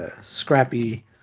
Scrappy